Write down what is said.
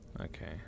Okay